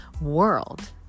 world